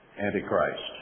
antichrist